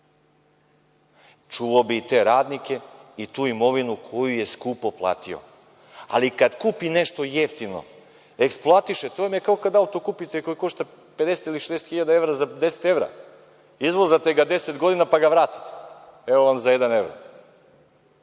Čuvao bi i te radnike i tu imovinu koju je skupo platio. Ali, kad kupi nešto jeftino, eksploatiše, to vam je kao kad kupite auto koji košta 50 ili 60.000 evra za 10 evra, izvozate ga 10 godina, pa ga vratite, evo vam za jedan